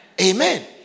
Amen